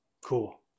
Cool